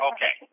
Okay